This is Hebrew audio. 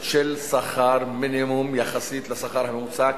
של שכר מינימום יחסית לשכר הממוצע,